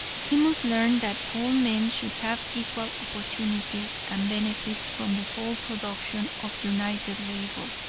he must learn that all men should have equal opportunities and benefits from the whole production of united labor.